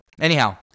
Anyhow